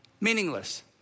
meaningless